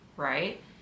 Right